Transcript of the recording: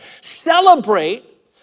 Celebrate